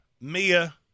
Mia